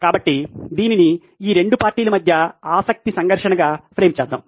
కాబట్టి దీనిని ఈ 2 పార్టీల మధ్య ఆసక్తి సంఘర్షణగా ఫ్రేమ్ చేద్దాం